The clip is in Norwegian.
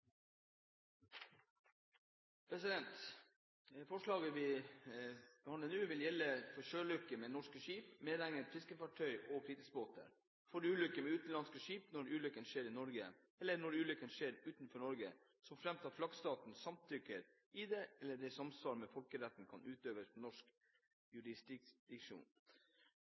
forslaget vi behandler nå, gjelder gransking av sjøulykker med norske skip, medregnet fiskefartøy og fritidsbåter, og ulykker med utenlandske skip når ulykken skjer i Norge eller utenfor Norge, såfremt flaggstaten samtykker i det, eller det i samsvar med folkeretten kan utøves norsk